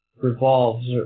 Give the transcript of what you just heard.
revolves